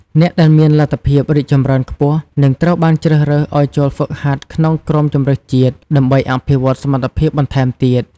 អ្នកដែលមានលទ្ធភាពរីកចម្រើនខ្ពស់ នឹងត្រូវបានជ្រើសរើសឲ្យចូលហ្វឹកហាត់ក្នុងក្រុមជម្រើសជាតិ ដើម្បីអភិវឌ្ឍសមត្ថភាពបន្ថែមទៀត។